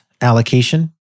allocation